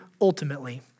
ultimately